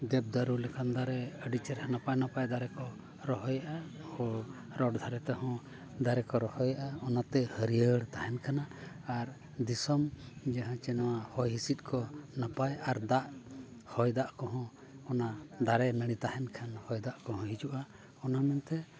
ᱫᱮᱵᱽᱫᱟᱨᱩ ᱞᱮᱠᱟᱱ ᱫᱟᱨᱮ ᱟᱹᱰᱤ ᱪᱮᱦᱨᱟ ᱱᱟᱯᱟᱭᱼᱱᱟᱯᱟᱭ ᱫᱟᱨᱮ ᱠᱚ ᱨᱚᱦᱚᱭᱮᱫᱼᱟ ᱦᱳᱭ ᱫᱷᱟᱨᱮ ᱛᱮᱦᱚᱸ ᱫᱟᱨᱮ ᱠᱚ ᱨᱚᱦᱚᱭᱮᱫᱼᱟ ᱚᱱᱟᱛᱮ ᱦᱟᱹᱨᱭᱟᱹᱲ ᱛᱟᱦᱮᱱ ᱠᱟᱱᱟ ᱟᱨ ᱫᱤᱥᱚᱢ ᱡᱟᱦᱟᱸ ᱪᱮ ᱱᱚᱣᱟ ᱦᱚᱭᱦᱤᱸᱥᱤᱫᱽ ᱠᱚ ᱱᱟᱯᱟᱭ ᱟᱨ ᱫᱟᱜ ᱦᱚᱭᱫᱟᱜ ᱠᱚᱦᱚᱸ ᱚᱱᱟ ᱫᱟᱨᱮᱼᱱᱟᱹᱲᱤ ᱛᱟᱦᱮᱱ ᱠᱷᱟᱱ ᱦᱚᱭᱫᱟᱜ ᱠᱚᱦᱚᱸ ᱦᱤᱡᱩᱜᱼᱟ ᱚᱱᱟ ᱢᱮᱱᱛᱮ